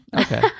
Okay